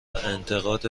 انتقاد